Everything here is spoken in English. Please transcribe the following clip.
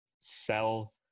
sell